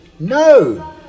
No